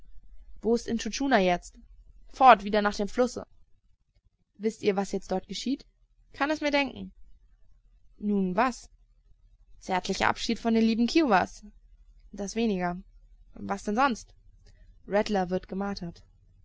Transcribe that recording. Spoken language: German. wo ist intschu tschuna jetzt fort wieder nach dem flusse wißt ihr was jetzt dort geschieht kann es mir denken nun was zärtlicher abschied von den lieben kiowas das weniger was denn sonst rattler wird gemartert